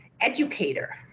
educator